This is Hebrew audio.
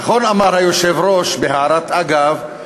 נכון אמר היושב-ראש בהערת אגב,